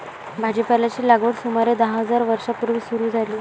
भाजीपाल्याची लागवड सुमारे दहा हजार वर्षां पूर्वी सुरू झाली